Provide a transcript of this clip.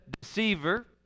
deceiver